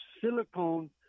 silicone